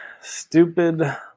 stupid